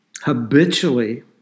habitually